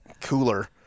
cooler